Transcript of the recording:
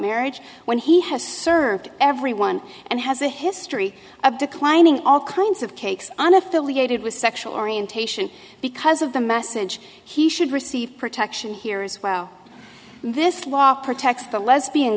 marriage when he has served everyone and has a history of declining all kinds of cakes and affiliated with sexual orientation because of the message he should receive protection here as well this law protects the lesbian